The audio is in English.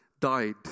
died